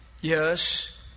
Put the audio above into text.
Yes